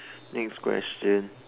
next question